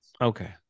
Okay